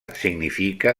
significa